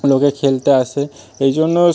লোকে খেলতে আসে এই জন্যও